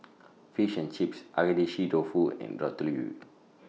Fish and Chips Agedashi Dofu and Ratatouille